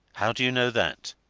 how do you know that?